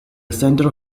centre